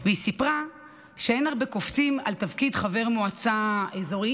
והיא סיפרה שאין הרבה קופצים על תפקיד חבר מועצה אזורית